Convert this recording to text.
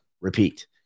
Repeat